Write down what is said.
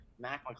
Mac